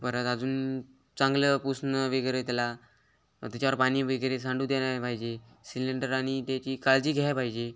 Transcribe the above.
परत अजून चांगलं पुसणं वगैरे त्याला त्याच्यावर पाणी वगैरे सांडू द्या नाही पाहिजे सिलेंडर आणि त्याची काळजी घ्या पाहिजे